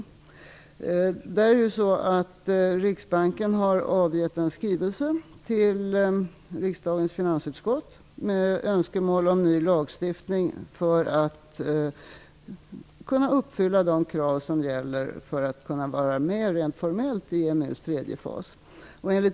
Riksbanken har avgett en skrivelse till riksdagens finansutskott med önskemål om ny lagstiftning för att kunna uppfylla de krav som gäller för att kunna vara med rent formellt i EMU:s tredje fas.